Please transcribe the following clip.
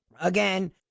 Again